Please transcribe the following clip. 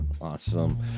awesome